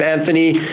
Anthony